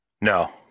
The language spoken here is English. No